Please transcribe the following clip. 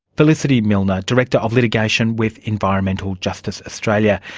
felicity millner, director of litigation with environmental justice australia.